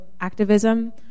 activism